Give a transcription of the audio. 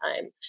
time